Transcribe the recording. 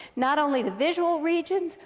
not only the visual regions,